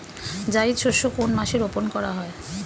জায়িদ শস্য কোন মাসে রোপণ করা হয়?